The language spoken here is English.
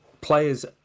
players